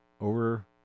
over